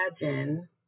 imagine